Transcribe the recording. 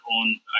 on